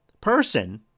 person